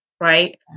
Right